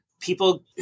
people